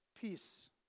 peace